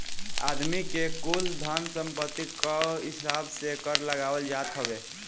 आदमी के कुल धन सम्पत्ति कअ हिसाब से कर लगावल जात हवे